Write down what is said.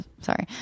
sorry